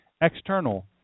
external